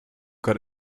got